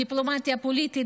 דיפלומטיה פוליטית,